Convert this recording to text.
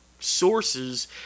sources